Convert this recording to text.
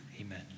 Amen